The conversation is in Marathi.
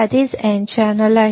हे आधीच N चॅनेल आहे